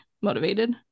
motivated